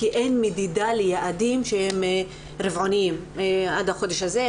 כי אין מדידה ליעדים שהם רבעוניים עד החודש הזה,